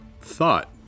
thought